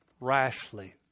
rashly